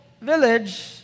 village